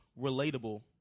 relatable